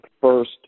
first